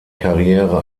karriere